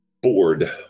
bored